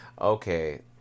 Okay